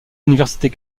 universités